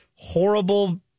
horrible